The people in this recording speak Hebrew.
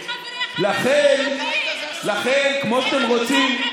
בניגוד אליך, אנחנו חושבים שהציבור